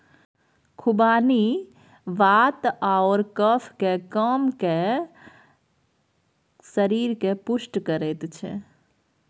खुबानी वात आओर कफकेँ कम कए शरीरकेँ पुष्ट करैत छै